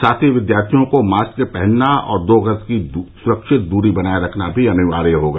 साथ ही विद्यार्थियों को मास्क पहनना और दो गज की सुरक्षित दूरी बनाए रखना भी अनिवार्य होगा